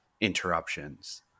interruptions